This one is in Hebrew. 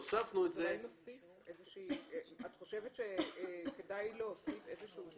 שהוספנו את זה --- את חושבת שכדאי להוסיף איזשהו סעיף?